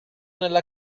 nella